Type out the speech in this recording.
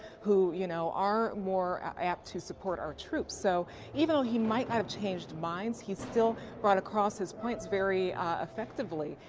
who, you know, are more apt to support our troops. so even though he might not have changed minds, he still brought across his point very prospectively.